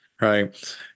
right